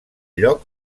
lloc